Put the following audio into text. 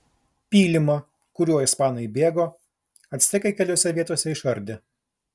pylimą kuriuo ispanai bėgo actekai keliose vietose išardė